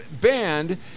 banned